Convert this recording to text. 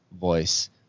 voice